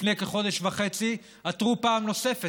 לפני כחודש וחצי עתרו פעם נוספת,